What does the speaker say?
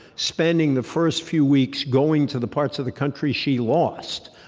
spending the first few weeks going to the parts of the country she lost,